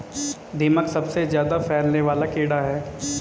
दीमक सबसे ज्यादा फैलने वाला कीड़ा है